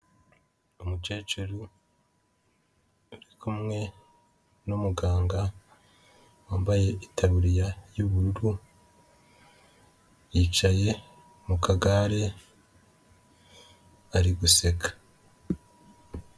Umukecuru uri kumwe n'umuganga wambaye itaburiya y'ubururu, yicaye mu kagare, ari guseka.